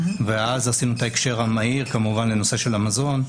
ואז עשינו את ההקשר המהיר כמובן לנושא של המזון,